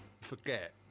forget